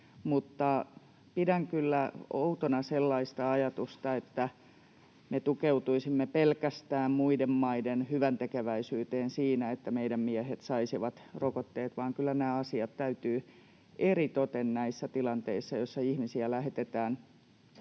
sellaista ajatusta, että me tukeutuisimme pelkästään muiden maiden hyväntekeväisyyteen siinä, että meidän miehemme saisivat rokotteet — kyllä nämä asiat täytyy eritoten näissä tilanteissa, joissa ihmisiä lähetetään